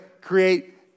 create